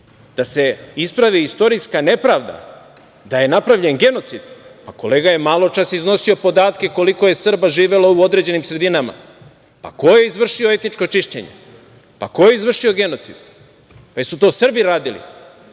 da se ispravi istorijska nepravda, da je napravljen genocid? Pa, kolega je maločas iznosio podatke koliko je Srba živelo u određenim sredinama. Pa, ko je izvršio etničko čišćenje? Pa, ko je izvršio genocid? Da li su to Srbi radili?